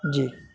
جی